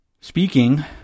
speaking